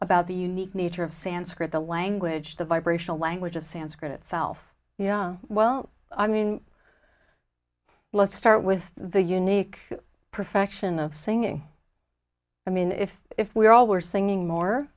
about the unique nature of sanskrit the language the vibrational language of sanskrit itself you know well i mean let's start with the unique perfection of singing i mean if if we all were singing more